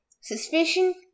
suspicion